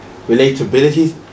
relatability